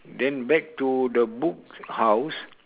then back to the books house